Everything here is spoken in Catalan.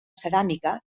ceràmica